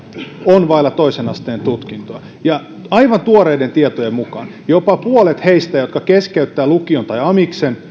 on vailla toisen asteen tutkintoa aivan tuoreiden tietojen mukaan jopa puolella heistä jotka keskeyttävät lukion tai amiksen